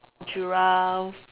giraffe